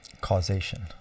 causation